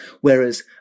Whereas